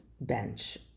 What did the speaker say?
bench